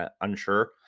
Unsure